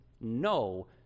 no